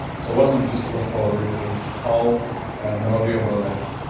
so it wasn't just to look forward, it was all milarvie overrides,